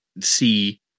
see